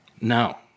No